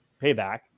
payback